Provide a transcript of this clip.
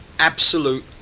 absolute